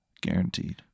Guaranteed